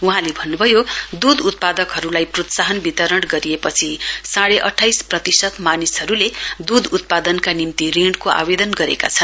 वहाँले भन्नुभयो दूध उत्पादकहरूलाई प्रोत्साहन वितरण गरिएपछि साँढे अठाइस प्रतिशत मानिसहरूले दूध उत्पादनका निम्ति ऋणको आवेदन गरेका छन्